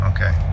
Okay